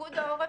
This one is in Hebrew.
פיקוד העורף,